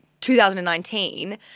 2019